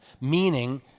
meaning